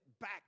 back